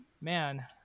man